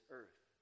earth